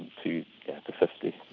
to fifty.